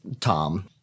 Tom